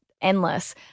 endless